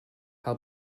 how